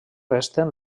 resten